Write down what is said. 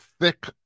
thick